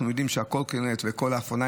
אנחנו גם עושים ביצוע הדרכות לנהגי הסעות תלמידים